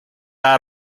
out